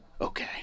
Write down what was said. okay